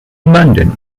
london